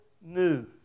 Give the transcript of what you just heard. new